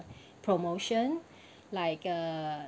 promotion like uh